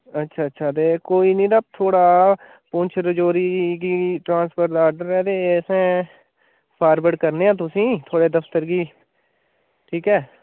अच्छा अच्छा ते कोई नी ते थुआढ़ा पुंछ राजौरी गी ट्रांसफर दा आर्डर ऐ ते असें फारवड करने आं तुसेंगी थुआढ़े दफ्तार गी ठीक ऐ